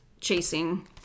chasing